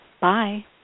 Bye